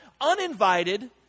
uninvited